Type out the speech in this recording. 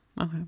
okay